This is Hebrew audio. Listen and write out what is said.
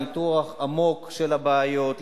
ניתוח עמוק של הבעיות,